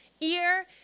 ear